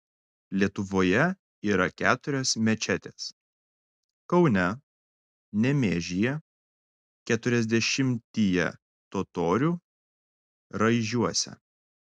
lietuvoje yra keturios mečetės kaune nemėžyje keturiasdešimtyje totorių raižiuose